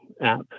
app